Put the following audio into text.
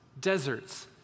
deserts